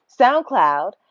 SoundCloud